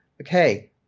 okay